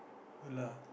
good lah